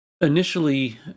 initially